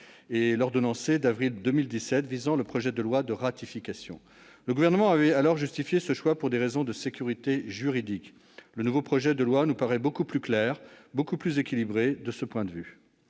et l'ordonnance d'avril 2017, visant le projet de loi de ratification. Le Gouvernement avait alors justifié ce choix pour des raisons de sécurité juridique. Le nouveau projet de loi nous paraît beaucoup plus clair et équilibré de ce point de vue.